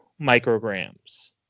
micrograms